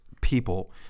people